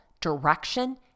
direction